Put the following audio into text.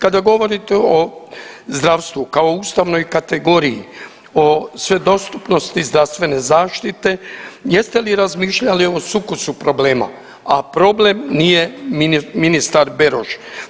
Kada govorite o zdravstvu kao ustavnoj kategoriji, o svedostupnosti zdravstvene zaštite, jeste li razmišljali o sukusu problema, a problem nije ministar Beroš.